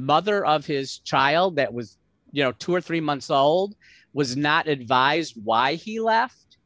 mother of his child that was you know two or three months old was not advised why he left